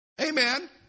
Amen